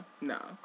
No